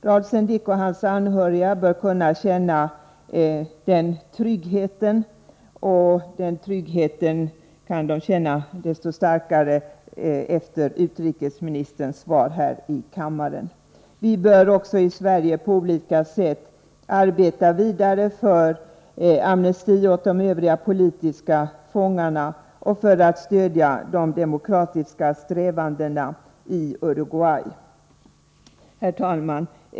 Raul Sendic och hans anhöriga bör kunna känna den tryggheten. De kan känna den desto starkare nu, efter utrikesministerns svar här i kammaren. Sverige bör nu på olika sätt arbeta vidare för amnesti åt de övriga politiska fångarna och för att stödja de demokratiska strävandena i Uruguay. Herr talman!